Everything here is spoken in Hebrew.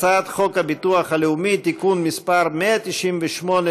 את הצעת חוק הביטוח הלאומי (תיקון מס' 198),